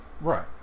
Right